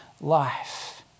life